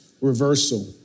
reversal